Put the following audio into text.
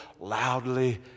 loudly